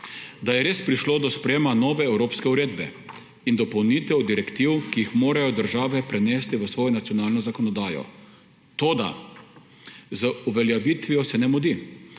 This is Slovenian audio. da je res prišlo do sprejema nove evropske uredbe in dopolnitev direktiv, ki jih morajo države prenesti v svojo nacionalno zakonodajo, toda z uveljavitvijo se ne mudi.